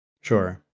Sure